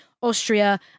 Austria